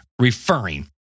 referring